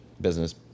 business